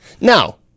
Now